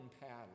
pattern